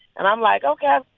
and i'm like, ok.